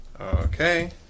Okay